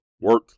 work